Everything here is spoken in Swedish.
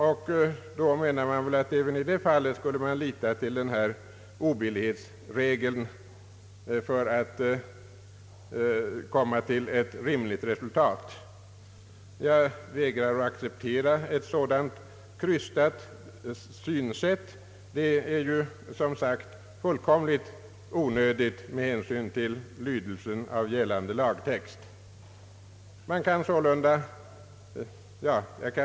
Man menar väl då att man även i det fallet skulle lita till denna obillighetsregel för att nå ett rimligt resultat. Jag vägrar att acceptera ett sådant krystat synsätt. Det är som sagt fullkomligt onödigt med hänsyn till lydelsen i gällande lagtext.